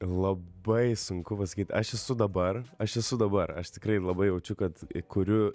labai sunku pasakyt aš esu dabar aš esu dabar aš tikrai labai jaučiu kad kuriu